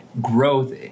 growth